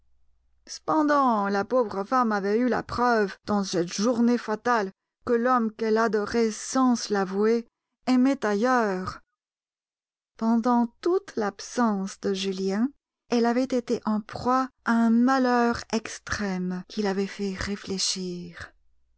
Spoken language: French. cependant la pauvre femme avait eu la preuve dans cette journée fatale que l'homme qu'elle adorait sans se l'avouer aimait ailleurs pendant toute l'absence de julien elle avait été en proie à un malheur extrême qui l'avait fait réfléchir